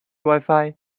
wifi